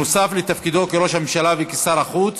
נוסף על תפקידו כראש הממשלה וכשר החוץ.